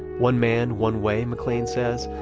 one man, one-way, mclane says,